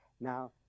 Now